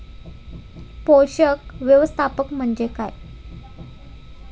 पोषक व्यवस्थापन म्हणजे काय?